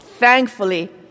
Thankfully